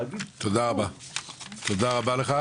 תודה רבה לך,